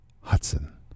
Hudson